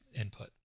input